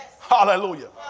Hallelujah